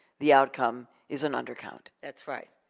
the outcome is an under count. that's right.